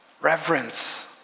reverence